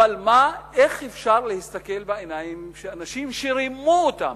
אבל איך אפשר להסתכל בעיניים של אנשים שרימו אותם,